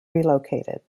relocated